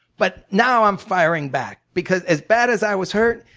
but now i'm firing back. because as bad as i was hurt,